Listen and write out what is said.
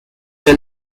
the